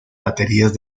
baterías